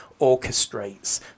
orchestrates